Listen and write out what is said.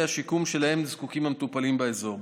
השיקום שלהם זקוקים המטופלים באזור.